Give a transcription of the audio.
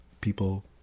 people